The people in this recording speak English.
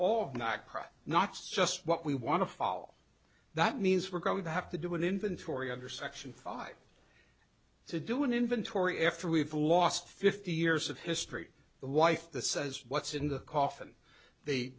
knots just what we want to follow that means we're going to have to do an inventory under section five to do an inventory after we've lost fifty years of history the wife the says what's in the coffin the